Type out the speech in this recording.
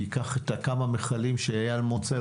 תיקח את הכמה מכלים שאייל מוצא,